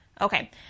Okay